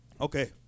Okay